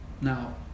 Now